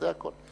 זה הכול.